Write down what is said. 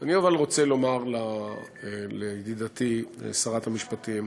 אבל אני רוצה גם לומר לידידתי שרת המשפטים,